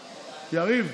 יריב,